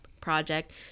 project